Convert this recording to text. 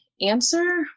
answer